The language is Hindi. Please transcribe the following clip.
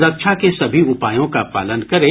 सुरक्षा के सभी उपायों का पालन करें